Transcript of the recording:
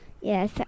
Yes